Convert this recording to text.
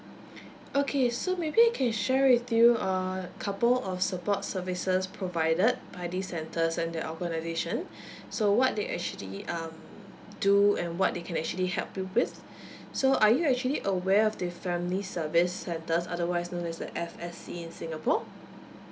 okay so maybe I can share with you a couple of support services provided by these centres and their organisation so what they actually um do and what they can actually help you with so are you actually aware of the family service centres otherwise known as the F_S_C in singapore